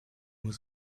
was